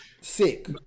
sick